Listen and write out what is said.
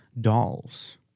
dolls